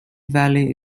valley